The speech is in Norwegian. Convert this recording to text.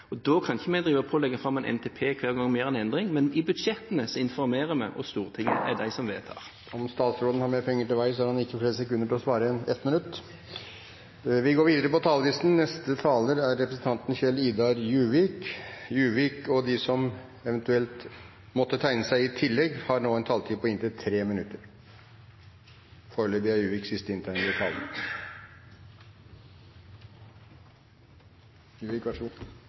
Og da kan ikke vi drive og legge fram en NTP hver gang vi gjør en endring, men i budsjettene informerer vi, og Stortinget er de som vedtar … Om statsråden har mer penger til vei, har han uansett ikke flere enn 60 sekunder til å svare. Replikkordskiftet er omme. De talere som heretter får ordet, har en taletid på inntil 3 minutter. Det store spørsmålet, som man prøver å få fram i